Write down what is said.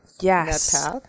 Yes